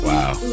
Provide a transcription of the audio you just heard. Wow